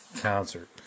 concert